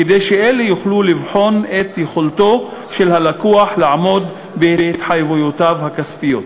כדי שאלה יוכלו לבחון את יכולתו של הלקוח לעמוד בהתחייבויותיו הכספיות.